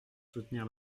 soutenir